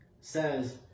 says